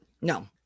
No